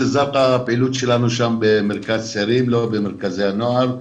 הפעילות שלנו שם במרכז צעירים ולא במרכזי הנוער.